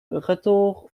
retour